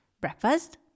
Breakfast